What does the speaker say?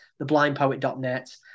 theblindpoet.net